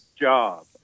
job